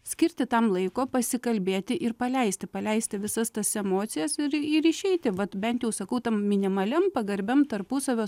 skirti tam laiko pasikalbėti ir paleisti paleisti visas tas emocijas ir ir išeiti vat bent jau sakau tam minimaliam pagarbiam tarpusavio